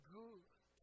good